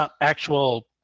actual